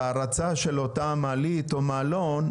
בהרצה של אותה מעלית או מעלון,